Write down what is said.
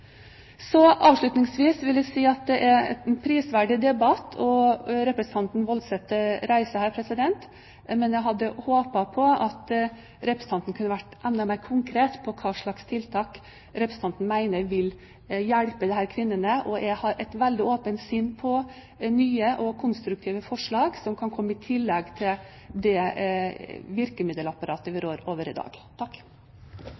Avslutningsvis vil jeg si at det er en prisverdig debatt som representanten Woldseth her reiser, men jeg hadde håpet at representanten kunne vært enda mer konkret på hva slags tiltak hun mener vil hjelpe disse kvinnene. Jeg har et veldig åpent sinn for nye og konstruktive forslag som kan komme i tillegg til det virkemiddelapparatet vi